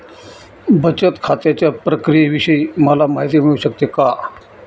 बचत खात्याच्या प्रक्रियेविषयी मला माहिती मिळू शकते का?